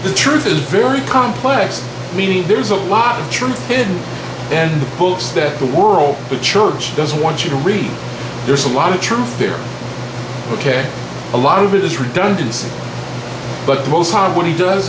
the truth is very complex meaning there's a lot of truth hidden in the posts that the world the church doesn't want you to read there's a lot of truth there ok a lot of it is redundancy but the mossad when he does